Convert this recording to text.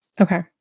Okay